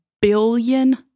billion